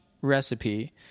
Recipe